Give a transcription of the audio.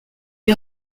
est